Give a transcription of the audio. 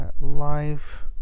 live